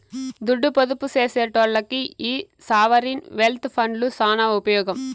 దుడ్డు పొదుపు సేసెటోల్లకి ఈ సావరీన్ వెల్త్ ఫండ్లు సాన ఉపమోగం